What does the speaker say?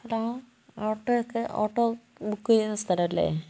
hello auto ഒക്കെ auto book ചെയ്യുന്ന സ്ഥലമല്ലേ